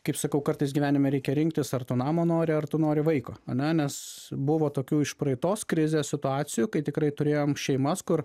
kaip sakau kartais gyvenime reikia rinktis ar tu namo nori ar tu nori vaiko ane nes buvo tokių iš praeitos krizės situacijų kai tikrai turėjom šeimas kur